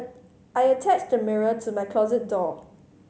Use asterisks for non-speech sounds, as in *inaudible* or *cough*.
*hesitation* I attached the mirror to my closet door